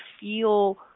feel